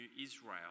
Israel